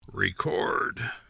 Record